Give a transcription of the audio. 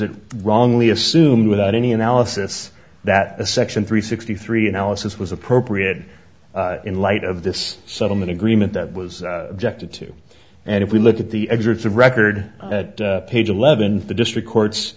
it wrongly assumed without any analysis that a section three sixty three analysis was appropriate in light of this settlement agreement that was the two and if we look at the excerpts of record at page eleven the district court